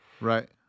Right